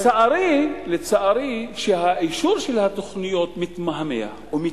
לצערי, כשאישור התוכניות מתמהמה, או מתעכב,